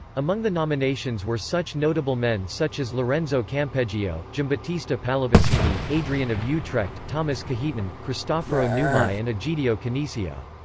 among the nominations were such notable men such as lorenzo campeggio, giambattista pallavicini, adrian of utrecht, thomas cajetan, cristoforo numai and egidio canisio.